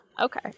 okay